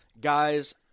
Guys